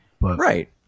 Right